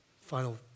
Final